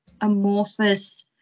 amorphous